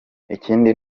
ikindi